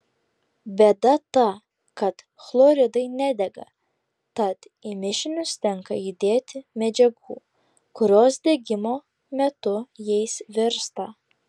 bėda ta kad chloridai nedega tad į mišinius tenka įdėti medžiagų kurios degimo metu jais virsta